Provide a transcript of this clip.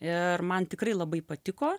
ir man tikrai labai patiko